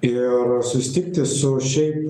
ir susitikti su šiaip